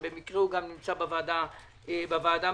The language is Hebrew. שבמקרה הוא נמצא גם בוועדה המחוזית.